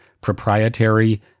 proprietary